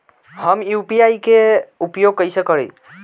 हम यू.पी.आई के उपयोग कइसे करी?